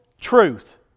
truth